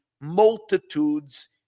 multitudes